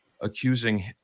accusing